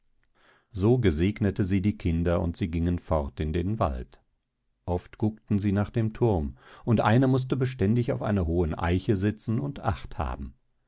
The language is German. so gesegnete sie die kinder und sie gingen fort in den wald oft guckten sie nach dem thurm und einer mußte beständig auf einer hohen eiche sitzen und acht haben